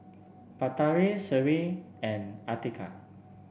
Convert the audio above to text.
Batari Seri and Atiqah